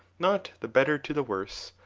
not the better to the worse,